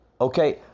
okay